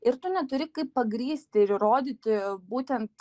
ir tu neturi kaip pagrįsti ir įrodyti būtent